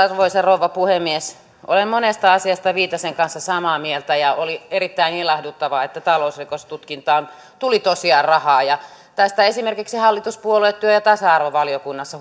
arvoisa rouva puhemies olen monesta asiasta viitasen kanssa samaa mieltä ja oli erittäin ilahduttavaa että talousrikostutkintaan tuli tosiaan rahaa tästä esimerkiksi hallituspuolueet huomauttivat työ ja tasa arvovaliokunnassa